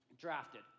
drafted